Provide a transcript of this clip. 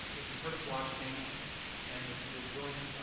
if you've heard a blockchain, and if you're willing,